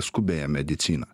skubiąją mediciną